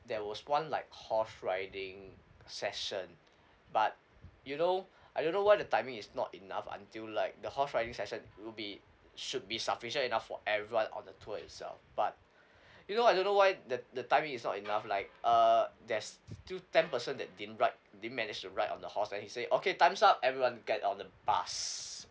there was one like horse riding session but you know I don't know why the timing is not enough until like the horse riding session would be should be sufficient enough for everyone on the tour itself but you know I don't know why the the timing is not enough like err there's two ten person that didn't ride didn't manage to ride on the horse then he say okay time's up everyone get on the bus